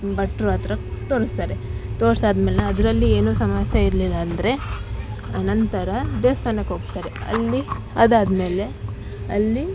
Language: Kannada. ಬಟ್ರು ಹತ್ರ ತೋರಿಸ್ತಾರೆ ತೋರ್ಸಾದ ಮೇಲೆ ಅದರಲ್ಲಿ ಏನು ಸಮಸ್ಯೆ ಇರಲಿಲ್ಲ ಅಂದರೆ ಆನಂತರ ದೇವ್ಸ್ಥಾನಕ್ಕೆ ಹೋಗ್ತಾರೆ ಅಲ್ಲಿ ಅದಾದ ಮೇಲೆ ಅಲ್ಲಿ